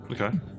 Okay